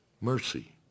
mercy